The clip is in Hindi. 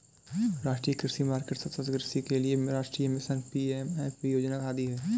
राष्ट्रीय कृषि मार्केट, सतत् कृषि के लिए राष्ट्रीय मिशन, पी.एम.एफ.बी योजना आदि है